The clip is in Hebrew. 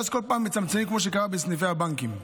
ואז כל פעם מצמצמים, כמו שקרה בסניפי הבנקים.